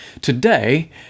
today